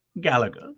Gallagher